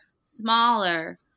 smaller